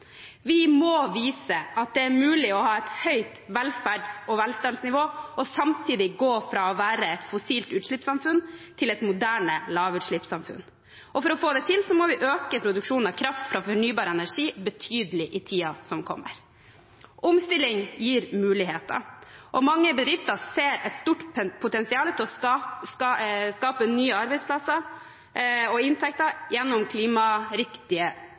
Vi må vise at det er mulig å ha et høyt velferds- og velstandsnivå og samtidig gå fra å være et fossilt utslippssamfunn til et moderne lavutslippssamfunn. For å få det til må vi øke produksjonen av kraft fra fornybare energikilder betydelig i tiden som kommer. Omstilling gir muligheter, og mange bedrifter ser et stort potensial for å skape nye arbeidsplasser og inntekter gjennom klimariktige